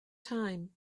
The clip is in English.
time